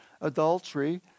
adultery